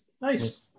Nice